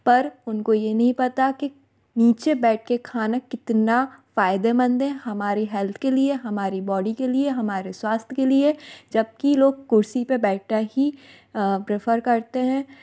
पर उनको ये नहीं पता कि नीचे बैठ के खाना कितना फ़ायदेमंद हे हमारी हेल्थ के लिए हमारी बॉडी के लिए हमारे स्वास्थ्य के लिए जब कि लोग कुर्सी पे बैठना ही प्रेफर करते हैं